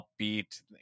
upbeat